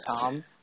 Tom